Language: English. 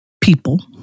people